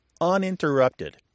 uninterrupted